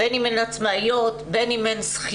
בין אם הן עצמאיות, בין אם הן שכירות.